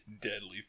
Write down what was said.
Deadly